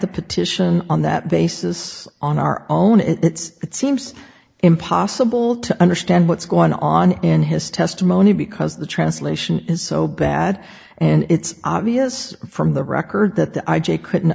the petition on that basis on our own it's seems impossible to understand what's going on in his testimony because the translation is so bad and it's obvious from the record that the i j couldn't